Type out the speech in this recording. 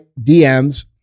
DMs